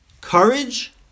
Courage